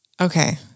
Okay